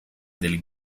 del